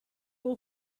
will